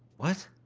what?